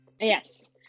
Yes